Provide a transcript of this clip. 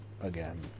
again